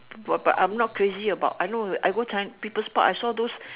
what but I'm not crazy about I know I go china people's park I saw those